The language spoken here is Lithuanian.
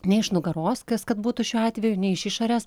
ne iš nugaros kas kad būtų šiuo atveju ne iš išorės